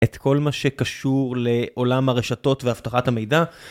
את כל מה שקשור לעולם הרשתות ואבטחת המידע.